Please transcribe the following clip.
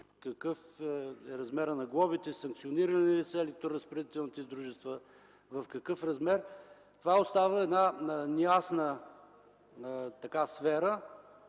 какъв е размерът на глобите, санкционирани ли са електроразпределителните дружества, в какъв размер – това остава една неясна сфера.